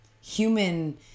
human